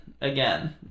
Again